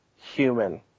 human